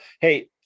Hey